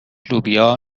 لوبیا